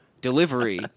delivery